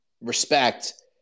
respect